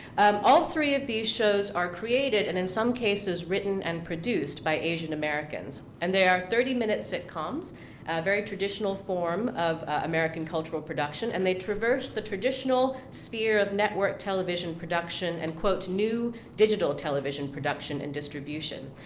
all three of these shows are created, and in some cases, written and produced by asian americans, and they are thirty minute sitcoms, a very traditional form of american cultural production, and they traverse the traditional sphere of network television production, and quote, to new digital television production and distribution,